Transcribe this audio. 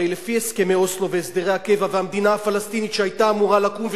הרי לפי הסכמי אוסלו והסדרי הקבע והמדינה הפלסטינית שהיתה אמורה לקום,